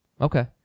Okay